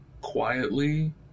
quietly